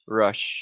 rush